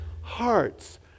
hearts